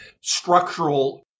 structural